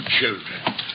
children